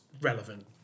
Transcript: relevant